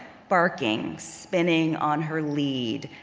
barking, spinning on her lead,